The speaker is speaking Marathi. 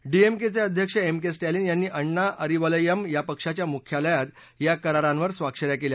डीएमकेचे अध्यक्ष एम के स्टालीन यांनी अण्णा अरीवलयम या पक्षाच्या मुख्यालयात या करारांवर स्वाक्ष या केल्या